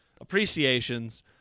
appreciations